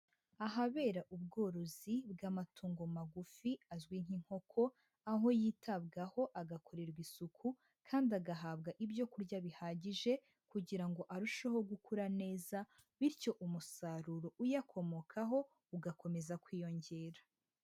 Ahabera ubworozi bw'amatungo magufi azwi nk'inkoko, aho yitabwaho agakorerwa isuku kandi agahabwa ibyo kurya bihagije kugira ngo arusheho gukura neza, bityo umusaruro uyakomokaho ugakomeza kwiyongera.